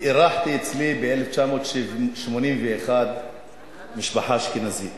אירחתי אצלי ב-1981 משפחה אשכנזית